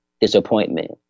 disappointment